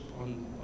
on